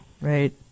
Right